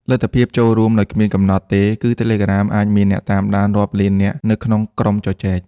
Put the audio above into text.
លទ្ធភាពចូលរួមដោយគ្មានកំណត់ទេគឺTelegram អាចមានអ្នកតាមដានរាប់លាននាក់នៅក្នុងក្រុមជជែក។